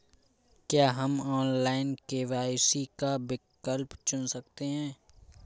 क्या हम online KYC का विकल्प चुन सकते हैं?